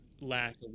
lack